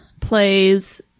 plays